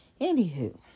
Anywho